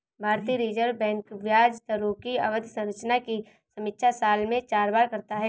भारतीय reserve bank ब्याज दरों की अवधि संरचना की समीक्षा साल में चार बार करता है